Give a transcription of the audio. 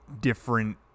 different